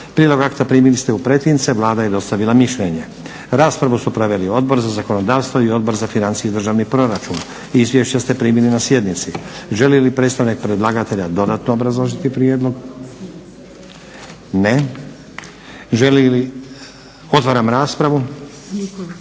Prijedlog akta primili ste u pretince. Vlada je dostavila mišljenje. Raspravu su proveli Odbor za zakonodavstvo i Odbor za financije i državni proračun. Izvješća ste primili na sjednici. Želi li predstavnik predlagatelja dodatno obrazložiti prijedlog? Ne. Otvaram raspravu. U ime